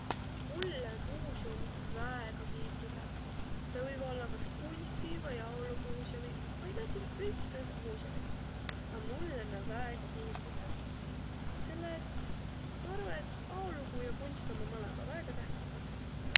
Mullõ muuseumiq väega miildüseq. Na võivaq ollaq kas kunsti- vai aoluumuuseumiq vai määntsegiq ültse tõõsõq muuseumiq. A mullõ na väega miildüseq, selle et ma arva, et aolugu ja kunst ommaq mõlõmbaq väega tähtsäq as'aq.